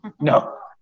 no